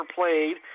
played